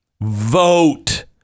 vote